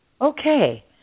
Okay